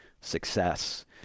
success